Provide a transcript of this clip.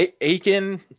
Aiken